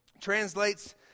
Translates